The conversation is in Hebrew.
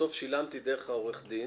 ובסוף שילמתי דרך עורך הדין,